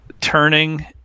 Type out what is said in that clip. turning